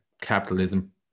capitalism